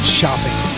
shopping